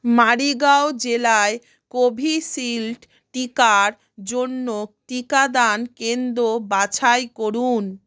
মারিগাঁও জেলায় কোভিশিল্ড টিকার জন্য টিকাদান কেন্দ্র বাছাই করুন